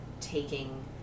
taking